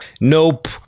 nope